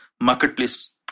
marketplace